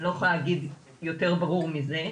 אני לא יכולה להגיד יותר ברור מזה.